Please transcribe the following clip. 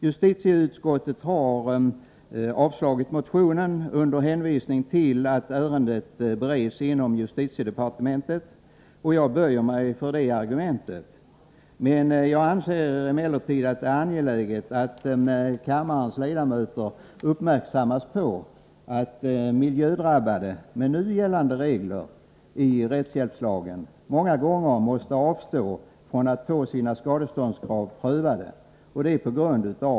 Justitieutskottet har avstyrkt motionen med hänvisning till att ärendet bereds inom justitiedepartementet, och jag böjer mig för det argumentet. Jag anser det emellertid angeläget att kammarens ledamöter uppmärksammas på att de som drabbats av miljöskador, med nu gällande regler i rättshjälpslagen, många gånger av ekonomiska skäl måste avstå att få sina skadeståndskrav prövade.